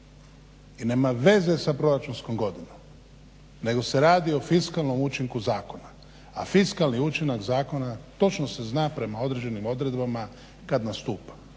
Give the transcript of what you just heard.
I nema veze sa proračunskom godinom nego se radi o fiskalnom učinku zakona, a fiskalni učinak zakona točno se zna prema određenim odredbama kada nastupa.